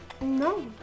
No